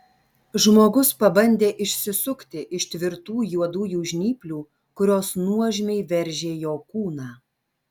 žmogus pabandė išsisukti iš tvirtų juodųjų žnyplių kurios nuožmiai veržė jo kūną